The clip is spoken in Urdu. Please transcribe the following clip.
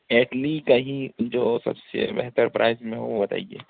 اٹلی کا ہی جو سب سے بہتر پرائس میں ہو وہ بتائیے